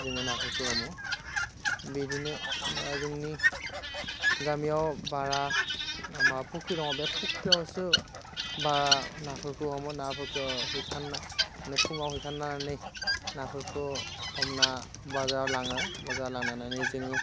जोङो नाफोरखौ हमो बिदिनो दा जोंनि गामियाव बारा मा फुख्रि दङ बे फुख्रियावसो बारा नाफोरखौ हमो नाफोरखौ जि खान्ना फुङाव जि खान्नानै नाफोरखौ हमना बाजाराव लाङो बाजाराव लांनानै जोङो